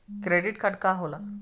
Credit card का होला?